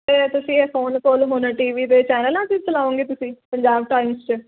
ਅਤੇ ਤੁਸੀਂ ਇਹ ਫੋਨ ਕੋਲ ਹੁਣ ਟੀਵੀ 'ਤੇ ਚੈਨਲਾਂ 'ਤੇ ਵੀ ਚਲਾਉਂਗੇ ਤੁਸੀਂ ਪੰਜਾਬ ਟਾਈਮਸ 'ਚ